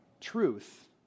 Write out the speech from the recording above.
truth